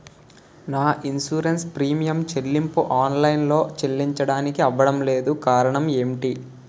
నా insurance premium చెల్లింపు online లో చెల్లించడానికి అవ్వడం లేదు కారణం ఏమిటి?